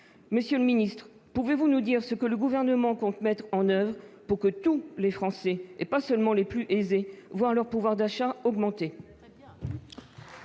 Monsieur le secrétaire d'État, pouvez-vous nous dire ce que le Gouvernement compte mettre en oeuvre pour que tous les Français, et pas seulement les plus aisés, voient leur pouvoir d'achat augmenter ?